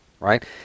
Right